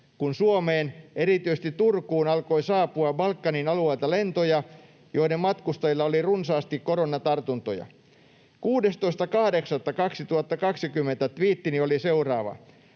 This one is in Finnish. kun Suomeen, erityisesti Turkuun, alkoi saapua Balkanin alueelta lentoja, joiden matkustajilla oli runsaasti koronatartuntoja. 16.8.2020 tviittini oli seuraava: